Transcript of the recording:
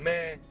Man